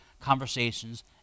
Conversations